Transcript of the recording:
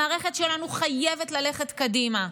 המערכת שלנו חייבת ללכת קדימה.